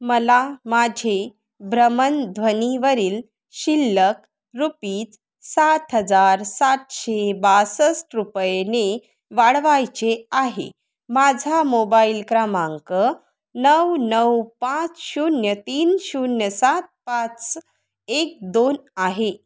मला माझे भ्रमणध्वनीवरील शिल्लक रुपीच सात हजार सातशे बासष्ट रुपयाने वाढवायचे आहे माझा मोबाईल क्रमांक नऊ नऊ पाच शून्य तीन शून्य सात पाच एक दोन आहे